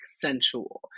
sensual